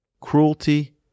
Cruelty